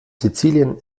sizilien